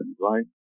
right